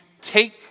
take